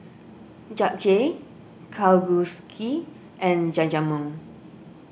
Japchae Kalguksu and Jajangmyeon